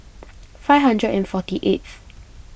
five hundred and forty eighth